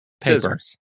Papers